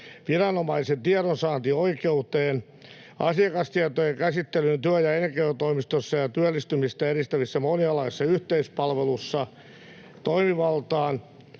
viranomaisen tiedonsaantioi-keuteen, asiakastietojen käsittelyyn työ- ja elinkeinotoimistossa ja työllistymistä edistävässä monialaisessa yhteispalvelussa, toimivaltaan